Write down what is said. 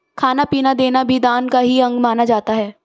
खाना पीना देना भी दान का ही अंग माना जाता है